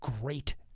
Great